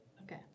Okay